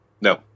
No